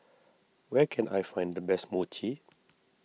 where can I find the best Mochi